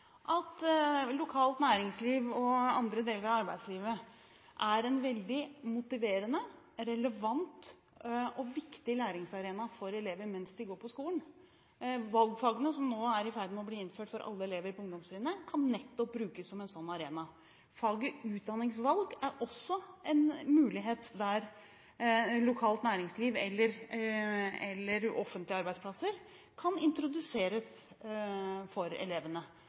at lokalt næringsliv og andre deler av arbeidslivet skal være en veldig motiverende, relevant og viktig læringsarena for elever mens de går på skolen. De valgfagene som nå er i ferd med å bli innført for alle elever på ungdomstrinnet, kan nettopp brukes som en sånn arena. Faget utdanningsvalg er også en mulighet der lokalt næringsliv eller offentlige arbeidsplasser kan introduseres for elevene.